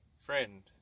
friend